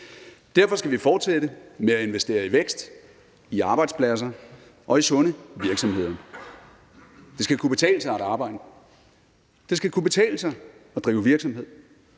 Derfor skal vi fortsætte med at investere i vækst, i arbejdspladser og i sunde virksomheder. Det skal kunne betale sig at arbejde, og det skal kunne betale sig at drive virksomhed,